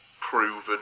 proven